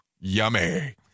Yummy